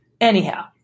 anyhow